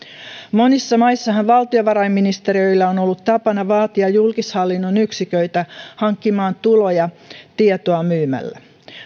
monissa maissahan valtiovarainministeriöillä on on ollut tapana vaatia julkishallinnon yksiköitä hankkimaan tuloja tietoa myymällä